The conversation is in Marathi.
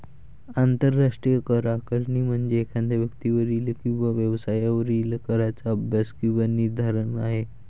आंतरराष्ट्रीय करआकारणी म्हणजे एखाद्या व्यक्तीवरील किंवा व्यवसायावरील कराचा अभ्यास किंवा निर्धारण आहे